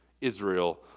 Israel